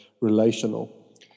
relational